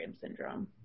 syndrome